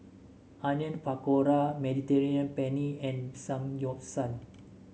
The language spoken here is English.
Onion Pakora Mediterranean Penne and Samgyeopsal